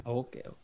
okay